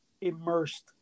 immersed